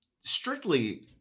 strictly